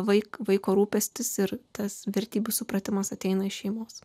vaiko vaiko rūpestis ir tas vertybių supratimas ateina iš šeimos